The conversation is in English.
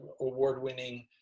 award-winning